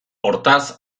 hortaz